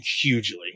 hugely